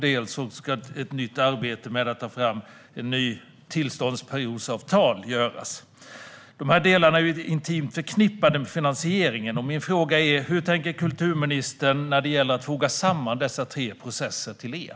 Dessutom ska ett nytt arbete med att ta fram ett avtal för en ny tillståndsperiod ske. Dessa delar är intimt förknippade med finansieringen. Min fråga är: Hur tänker kultur och demokratiministern när det gäller att foga samman dessa tre processer till en?